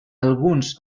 alguns